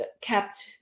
kept